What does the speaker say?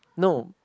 no